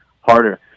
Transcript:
harder